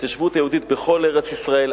ההתיישבות היהודית בכל ארץ-ישראל,